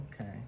Okay